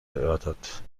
erörtert